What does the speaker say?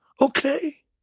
Okay